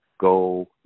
go